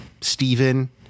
Stephen